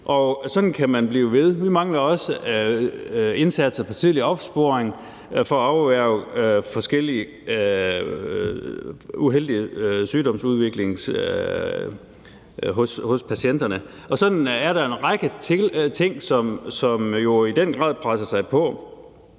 sådan kan man blive ved. Vi mangler også indsatser på tidlig opsporing for at afværge uheldig sygdomsudvikling hos patienterne. Sådan er der en række ting, som jo i den grad presser sig på.